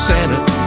Santa